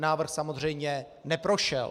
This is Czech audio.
Návrh samozřejmě neprošel.